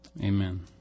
Amen